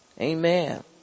Amen